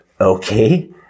Okay